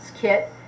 kit